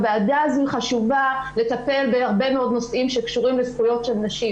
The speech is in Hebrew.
הוועדה הזאת היא חשובה לטפל בהרבה מאוד נושאים שקשורים לזכויות של נשים.